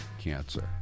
cancer